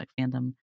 fandom